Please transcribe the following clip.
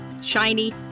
shiny